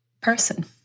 person